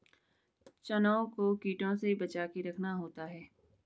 चनों को कीटों से बचाके रखना होता है